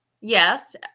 Yes